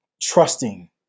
trusting